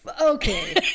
Okay